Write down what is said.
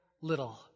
Little